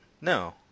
No